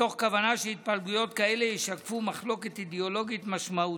מתוך כוונה שהתפלגויות כאלה ישקפו מחלוקת אידיאולוגית משמעותית.